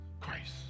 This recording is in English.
Christ